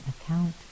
account